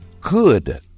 good